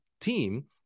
team